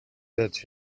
that